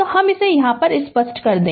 तो हम इसे स्पष्ट कर दे